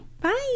bye